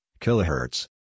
kilohertz